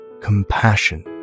Compassion